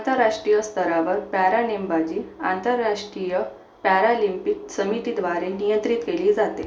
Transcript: आंतरराष्टीय स्तरावर पॅरा नेमबाजी आंतरराष्टीय पॅरालिम्पिक समितीद्वारे नियंत्रित केली जाते